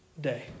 day